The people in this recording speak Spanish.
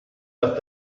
los